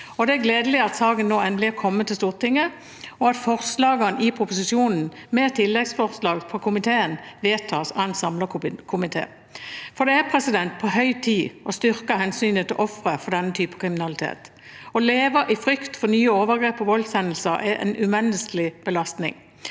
Det er gledelig at saken nå endelig er kommet til Stortinget, og at forslagene i proposisjonen – med tilleggsforslag fra komiteen – vedtas av en samlet komité. Det er på høy tid å styrke hensynet til ofre for denne typen kriminalitet. Å leve i frykt for nye overgrep og voldshendelser er en umenneskelig belastning.